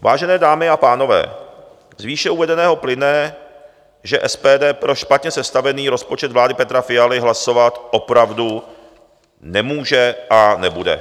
Vážené dámy a pánové, z výše uvedeného plyne, že SPD pro špatně sestavený rozpočet vlády Petra Fialy hlasovat opravdu nemůže a nebude.